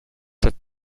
that